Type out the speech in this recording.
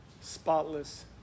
spotless